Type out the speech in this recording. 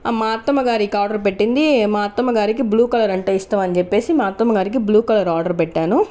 మా అత్తమ్మ గారికి ఆర్డర్ పెట్టింది మా అత్తమ్మ గారికి బ్లూ కలర్ అంటే ఇష్టం అని చెప్పేసి మా అత్తమ్మ గారికి బ్లూ కలర్ ఆర్డర్ పెట్టాను